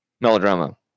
melodrama